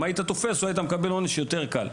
אם היית תפוס, היית מקבל עונש יותר קל.